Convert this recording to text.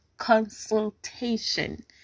consultation